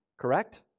Correct